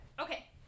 Okay